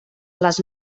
les